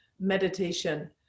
meditation